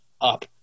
up